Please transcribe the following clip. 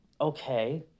okay